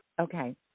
okay